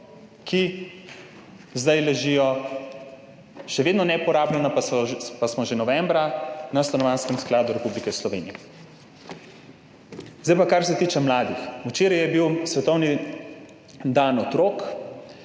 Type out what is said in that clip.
ki zdaj ležijo še vedno neporabljeni, pa smo že novembra, na Stanovanjskem skladu Republike Slovenije. Zdaj pa nekaj, kar se tiče mladih. Včeraj je bil svetovni dan otrok.